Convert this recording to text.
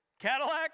Cadillac